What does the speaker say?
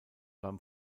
beim